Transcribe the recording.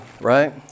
right